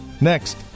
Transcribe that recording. Next